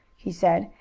he said,